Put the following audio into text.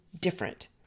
different